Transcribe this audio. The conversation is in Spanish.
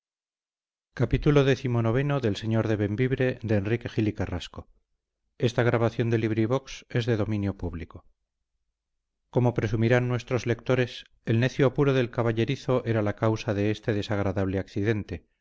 como presumirán nuestros lectores el necio apuro del caballerizo era la causa de este desagradable accidente